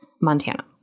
Montana